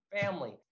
family